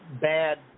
bad